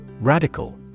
Radical